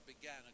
began